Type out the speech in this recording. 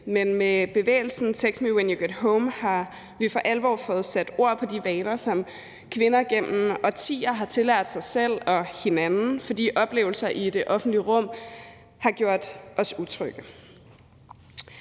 Men med bevægelsen text me when you get home har vi for alvor fået sat ord på de vaner, som kvinder gennem årtier har tillagt sig selv og hinanden, fordi oplevelser i det offentlige rum har gjort os utrygge.